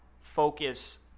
focus